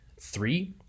three